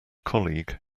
colleague